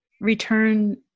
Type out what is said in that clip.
return